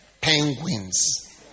penguins